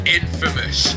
infamous